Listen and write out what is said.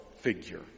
figure